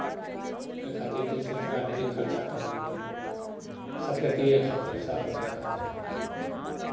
ओहि खातिर जे सरकार ढेरी खर्चा करलकैए सफैतिए खातिर साफ सुथरा खातिर